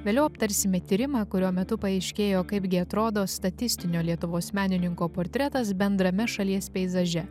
vėliau aptarsime tyrimą kurio metu paaiškėjo kaipgi atrodo statistinio lietuvos menininko portretas bendrame šalies peizaže